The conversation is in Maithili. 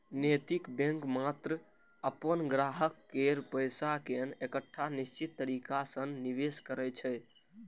नैतिक बैंक मात्र अपन ग्राहक केर पैसा कें एकटा निश्चित तरीका सं निवेश करै छै